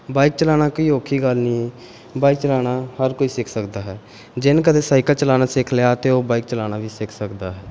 bike ਚਲਾਉਣਾ ਕੋਈ ਔਖੀ ਗੱਲ ਨਹੀਂ ਬਾਈਕ ਚਲਾਉਣਾ ਹਰ ਕੋਈ ਸਿੱਖ ਸਕਦਾ ਹੈ ਜਿਹਨੇ ਕਦੇ ਸਾਈਕਲ ਚਲਾਉਣਾ ਸਿੱਖ ਲਿਆ ਤਾਂ ਉਹ ਬਾਈਕ ਚਲਾਉਣਾ ਵੀ ਸਿੱਖ ਸਕਦਾ ਹੈ